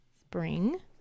Spring